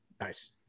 nice